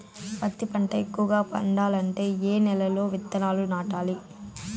పత్తి పంట ఎక్కువగా పండాలంటే ఏ నెల లో విత్తనాలు నాటాలి?